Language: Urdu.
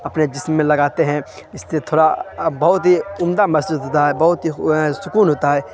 اپنے جسم میں لگاتے ہیں اس سے تھوڑا بہت ہی عمدہ محسوس ہوتا ہے بہت ہی سکون ہوتا ہے